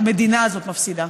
המדינה הזאת מפסידה.